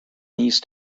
east